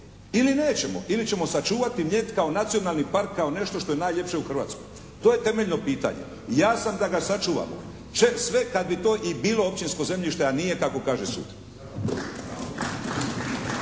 ili nećemo ili ćemo sačuvati Mljet kao nacionalni park, kao nešto što je najljepše u Hrvatskoj. To je temeljno pitanje. Ja sam da ga sačuvamo. Sve kad bi to i bilo općinsko zemljište, a nije kako kaže sud.